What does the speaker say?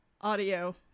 audio